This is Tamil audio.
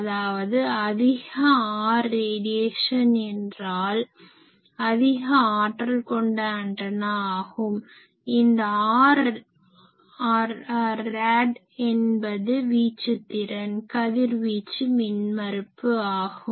அதாவது அதிக R rad என்றால் அதிக ஆற்றல் கொண்ட ஆன்டனா ஆகும் இந்த Rrad என்பது வீச்சு திறன் கதிர்வீச்சு மின்மறுப்பு ஆகும்